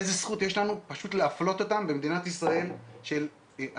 איזו זכות יש לנו פשוט להפלות אותם במדינת ישראל של 2020?